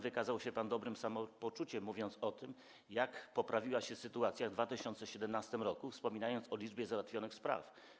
Wykazał się pan dobrym samopoczuciem, mówiąc o tym, jak poprawiła się sytuacja w 2017 r., i wspominając o liczbie załatwionych spraw.